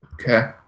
Okay